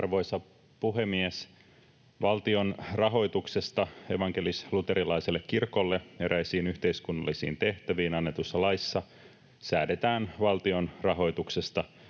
Arvoisa puhemies! Valtion rahoituksesta evankelis-luterilaiselle kirkolle eräisiin yhteiskunnallisiin tehtäviin annetussa laissa säädetään valtion rahoituksesta